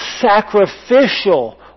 sacrificial